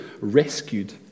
rescued